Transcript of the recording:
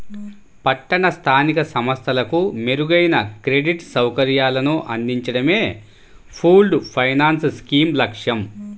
పట్టణ స్థానిక సంస్థలకు మెరుగైన క్రెడిట్ సౌకర్యాలను అందించడమే పూల్డ్ ఫైనాన్స్ స్కీమ్ లక్ష్యం